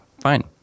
fine